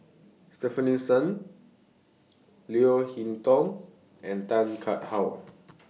Stefanie Sun Leo Hee Tong and Tan cut How